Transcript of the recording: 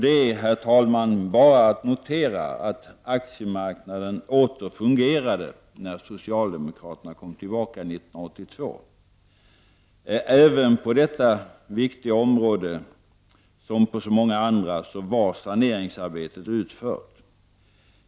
Det är bara att notera, herr talman, att aktiemarknaden åter fungerade när socialdemokraterna kom tillbaka 1982. Även på detta viktiga område, som på så många andra områden, var saneringsarbetet utfört.